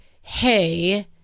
hey